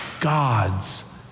God's